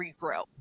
regrow